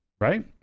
right